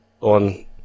on